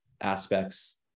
aspects